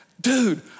Dude